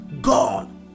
God